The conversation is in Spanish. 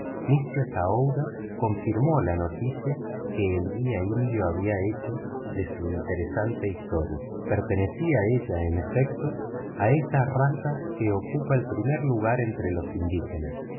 confirmó la noticia que el guía indio había hecho de su interesante historia pertenecía ella en efecto a esa raza que ocupa el primer lugar entre los indígenas